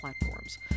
platforms